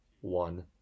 one